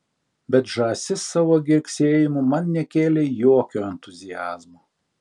bet žąsis savo girgsėjimu man nekėlė jokio entuziazmo